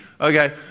okay